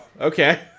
okay